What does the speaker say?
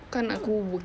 kenapa